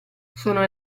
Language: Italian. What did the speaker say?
sono